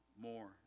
more